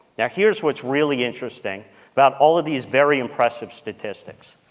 now, here's what's really interesting about all of these very impressive statistics.